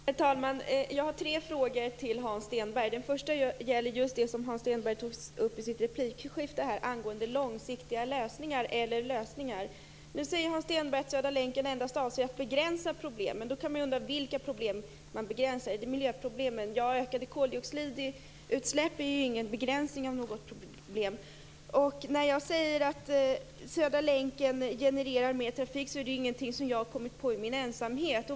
Herr talman! Jag har tre frågor till Hans Stenberg. Den första gäller just det som Hans Stenberg tog upp i sitt replikskifte angående långsiktiga lösningar eller andra lösningar. Nu säger Hans Stenberg att Södra länken endast avser att begränsa problemen. Då kan man undra vilka problem som begränsas. Är det miljöproblemen? Ökade koldioxidutsläpp är ju ingen begränsning av något problem. Att Södra länken genererar mer trafik är ingenting som jag har kommit på i min ensamhet.